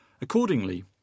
Accordingly